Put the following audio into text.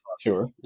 Sure